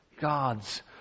God's